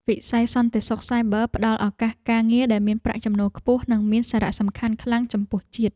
វិស័យសន្តិសុខសាយប័រផ្តល់ឱកាសការងារដែលមានប្រាក់ចំណូលខ្ពស់និងមានសារៈសំខាន់ខ្លាំងចំពោះជាតិ។